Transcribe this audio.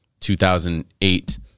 2008